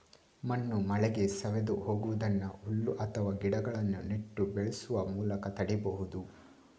ಮಣ್ಣು ಮಳೆಗೆ ಸವೆದು ಹೋಗುದನ್ನ ಹುಲ್ಲು ಅಥವಾ ಗಿಡಗಳನ್ನ ನೆಟ್ಟು ಬೆಳೆಸುವ ಮೂಲಕ ತಡೀಬಹುದು